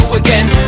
again